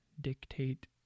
dictate